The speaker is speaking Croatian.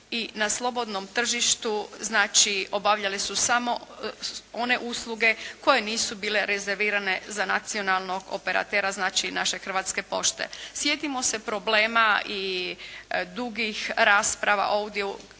i na slobodnom tržištu znači obavljale su samo one usluge koje nisu bile rezervirane za nacionalnog operatera, znači naše Hrvatske pošte. Sjetimo se problema i dugih rasprava ovdje